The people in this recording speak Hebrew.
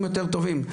צוהריים טובים לכולם,